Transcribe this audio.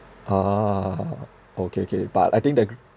a'ah okay kay but I think the gr~